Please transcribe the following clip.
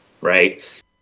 right